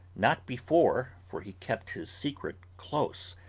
not before for he kept his secret close,